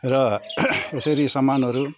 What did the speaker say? र यसरी सामानहरू